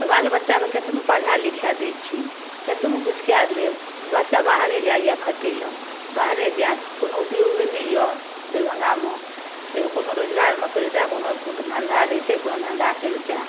तऽ बाल बच्चाके कतनो पढ़ा लिखा दै छियै केतनो किछु कए लेब तऽ बच्चा बाहरे जाइए खटै लऽ बाहरे जायत कोनो उपयोगे नहि यऽ दरभंगामे से कोनो रोजगारमे कोनो धन्धा रहितै कोनो धन्धा करितै